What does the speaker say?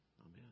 Amen